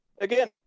Again